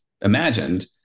imagined